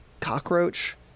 cockroach